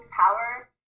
Power